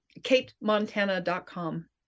KateMontana.com